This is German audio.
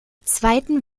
zweiten